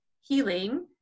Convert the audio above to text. healing